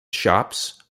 shops